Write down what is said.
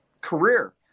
career